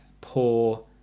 poor